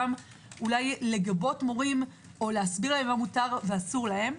גם לגבות מורים או להסביר להם מה מותר ואסור להם.